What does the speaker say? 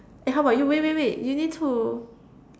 eh how about you wait wait wait you need to